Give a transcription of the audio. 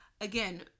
again